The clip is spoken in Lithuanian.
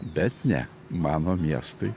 bet ne mano miestui